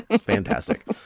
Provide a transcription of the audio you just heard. Fantastic